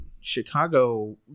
Chicago